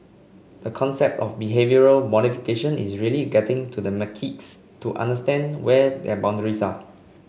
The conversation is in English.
the concept of the behavioural modification is really getting to the macaques to understand where their boundaries are